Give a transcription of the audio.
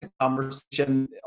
conversation